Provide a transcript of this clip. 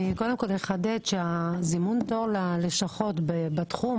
אני אחדד שזימון התור ללשכות בתחום